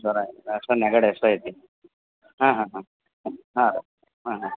ಜ್ವರ ಇಲ್ಲ ಅಷ್ಟೇ ನೆಗಡಿ ಅಷ್ಟೇ ಐತಿ ಹಾಂ ಹಾಂ ಹಾಂ ಹಾಂ ರೀ ಹಾಂ ಹಾಂ